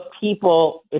people